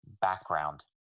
background